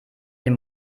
dem